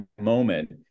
moment